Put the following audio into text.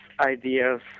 ideas